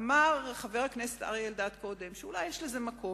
אמר קודם חבר הכנסת אריה אלדד שאולי יש לזה מקום.